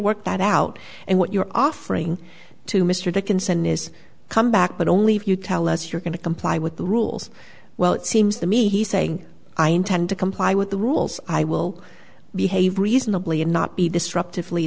work that out and what you're offering to mr dickinson is come back but only if you tell us you're going to comply with the rules well it seems to me he saying i intend to comply with the rules i will behave reasonably and not be disruptive lee